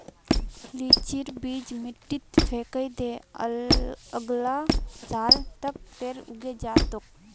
लीचीर बीज मिट्टीत फेकइ दे, अगला साल तक पेड़ उगे जा तोक